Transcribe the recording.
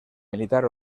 militar